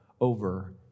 over